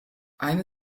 eine